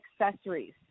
accessories